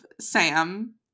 Sam